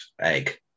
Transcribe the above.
egg